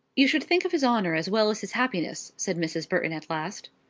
you should think of his honour as well as his happiness, said mrs. burton at last.